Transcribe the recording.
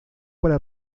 para